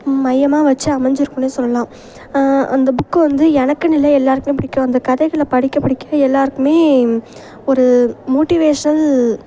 மையமாக வச்சு அமஞ்சிருக்கும்னே சொல்லலாம் அந்த புக்கு வந்து எனக்குன்னு இல்லை எல்லோருக்குமே பிடிக்கும் அந்த கதைகளை படிக்கப் படிக்க எல்லோருக்குமே ஒரு மோட்டிவேஷ்னல்